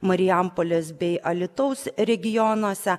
marijampolės bei alytaus regionuose